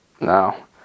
no